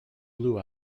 blue